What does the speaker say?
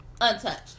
untouched